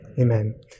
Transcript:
Amen